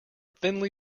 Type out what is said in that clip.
thinly